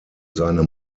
seine